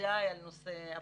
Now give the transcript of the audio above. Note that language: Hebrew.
ובוודאי על נושא הפנימיות.